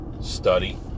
study